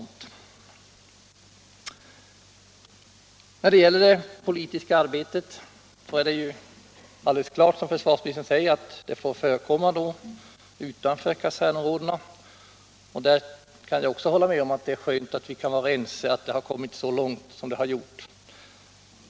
När det gäller det politiska arbetet är det alldeles klart, som försvarsministern säger, att sådant får förekomma utanför kasernområdet. Jag kan också instämma i att det är skönt att vi kan vara ense om att man här kommit så långt som man har gjort.